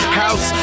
house